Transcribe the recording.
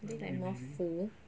mean like more full